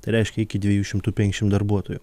tai reiškia iki dviejų šimtų penkiasdešim darbuotojų